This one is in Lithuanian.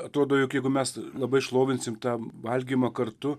atrodo jog jeigu mes labai šlovinsim tą valgymą kartu